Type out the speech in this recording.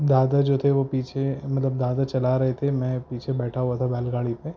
دادا جو تھے وہ پیچھے مطلب دادا چلا رہے تھے میں پیھے بیٹھا ہوا تھا بیل گاڑی پہ